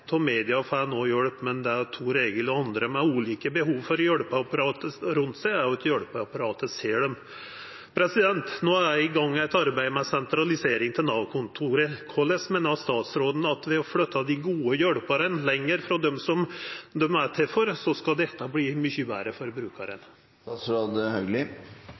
media, og han får no hjelp, men det Thor-Egil og andre med ulike behov for hjelpeapparatet rundt seg treng, er at hjelpeapparatet ser dei. No er det i gang eit arbeid med sentralisering av Nav-kontor. Korleis meiner statsråden at å flytta dei gode hjelparane lenger frå dei som dei er til for, skal verta mykje betre for